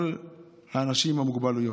כל האנשים עם המוגבלויות.